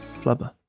Flubber